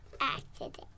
accident